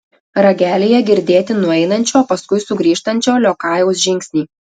ragelyje girdėti nueinančio paskui sugrįžtančio liokajaus žingsniai